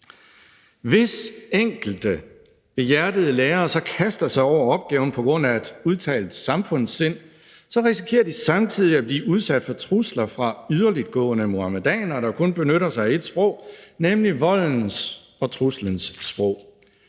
Hvis enkelte behjertede lærere så kaster sig over opgaven på grund af et udtalt samfundssind, risikerer de samtidig at blive udsat for trusler fra yderligtgående muhamedanere, der kun benytter sig af ét sprog, nemlig voldens og truslens sprog.